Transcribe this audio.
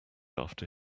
after